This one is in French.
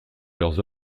leurs